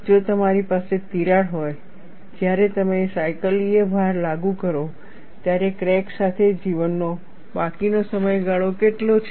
જો તમારી પાસે તિરાડ હોય જ્યારે તમે સાયકલીય ભાર લાગુ કરો ત્યારે ક્રેક સાથે જીવનનો બાકીનો સમયગાળો કેટલો છે